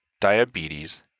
diabetes